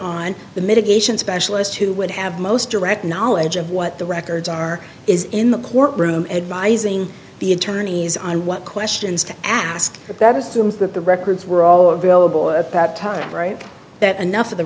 on the mitigation specialist who would have most direct knowledge of what the records are is in the court room advising the attorneys on what questions to ask but that assumes that the records were all available at that time right that enough of the